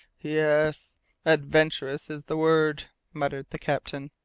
yes adventurous is the word! muttered the captain.